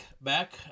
back